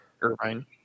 Irvine